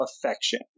affection